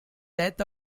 death